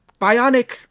bionic